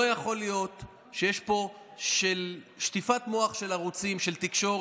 לא יכול להיות שיש פה שטיפת מוח של ערוצי תקשורת,